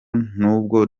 n’ubwo